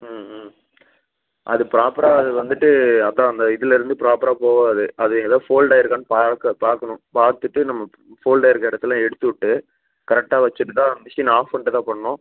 ம் ம் அது ப்ராப்பராக அது வந்துட்டு அதுதான் அந்த இதிலருந்து ப்ராப்பராக போகாது அது எதாது ஃபோல்ட் ஆயிருக்கான்னு பாக்க பார்க்கணும் பார்த்துட்டு நம்ம ஃபோல்ட் ஆயிருக்க இடத்துல எடுத்து விட்டு கரெக்டாக வச்சிட்டு தான் மிஷினை ஆஃப் பண்ணிட்டு தான் பண்ணும்